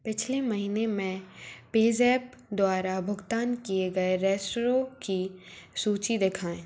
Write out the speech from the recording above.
पिछले महीने में पेज़ैप द्वारा भुगतान किए गए रेस्ट्रॉ की सूची दिखाएँ